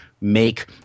make